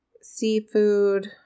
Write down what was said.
seafood